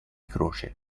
croce